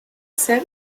ser